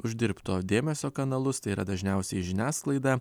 uždirbto dėmesio kanalus tai yra dažniausiai žiniasklaida